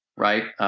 right?